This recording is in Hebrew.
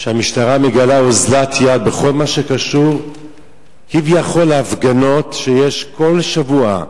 שהמשטרה מגלה אוזלת יד בכל מה שקשור כביכול להפגנות שיש בכל שבוע,